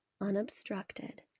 unobstructed